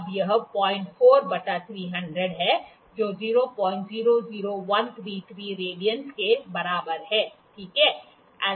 अब यह 04 बटा 300 है जो 000133 रेडियनस के बराबर है ठीक है